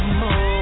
more